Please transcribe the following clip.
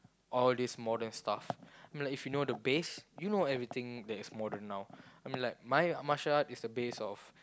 all these modern stuff I mean like if you know the base you know everything that is modern now I mean like my martial art is the base of